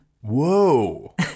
whoa